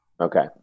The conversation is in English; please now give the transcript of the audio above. Okay